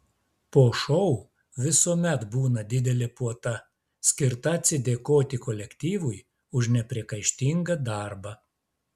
po šou visuomet būna didelė puota skirta atsidėkoti kolektyvui už nepriekaištingą darbą